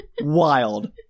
Wild